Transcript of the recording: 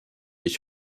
ich